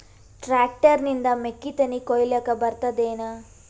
Tractor ನಿಂದ ಮೆಕ್ಕಿತೆನಿ ಕೊಯ್ಯಲಿಕ್ ಬರತದೆನ?